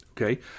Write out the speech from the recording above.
okay